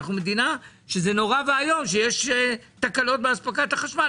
וזה נורא ואיום שיש תקלות באספקת החשמל.